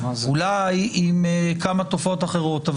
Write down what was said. אולי עם כמה תופעות אחרות.